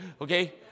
okay